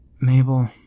Mabel